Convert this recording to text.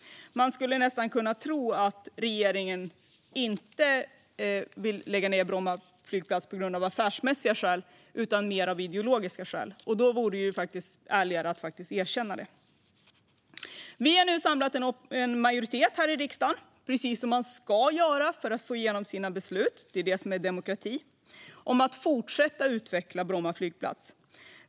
Man skulle nästan kunna tro att regeringen inte vill lägga ned Bromma flygplats av affärsmässiga skäl utan av ideologiska skäl. I så fall vore det ärligare att erkänna det. Vi har nu samlat en majoritet i riksdagen - precis som man ska göra i en demokrati för att få igenom sina beslut - för en fortsatt utveckling av Bromma flygplats.